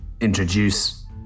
introduce